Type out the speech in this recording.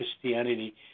Christianity